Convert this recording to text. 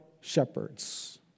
shepherds